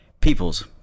Peoples